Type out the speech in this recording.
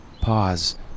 pause